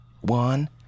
One